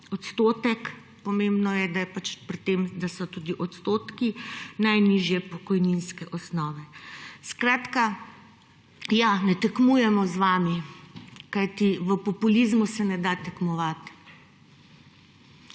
odstotek, pomembno je, da so pri tem tudi odstotki najnižje pokojninske osnove. Skratka, ne tekmujemo z vami, kajti v populizmu se ne da tekmovati.